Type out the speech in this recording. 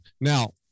Now